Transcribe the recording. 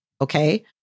Okay